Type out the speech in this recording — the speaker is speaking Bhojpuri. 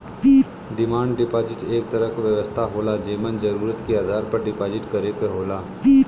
डिमांड डिपाजिट एक तरह क व्यवस्था होला जेमन जरुरत के आधार पर डिपाजिट करे क होला